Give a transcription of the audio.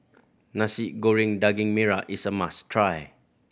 Nasi Goreng Daging Merah is a must try